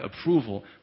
approval